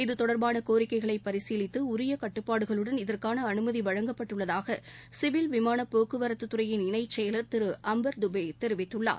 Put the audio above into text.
இத்தொடர்பான கோரிக்கைகளை பரிசீலித்து உரிய கட்டுப்பாடுகளுடன் இதற்கான அனுமதி வழங்கப்பட்டுள்ளதாக சிவில் விமான போக்குவரத்துறையின் இணைச் செயலர் திரு அம்பர் தபே தெரிவித்துள்ளார்